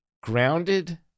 grounded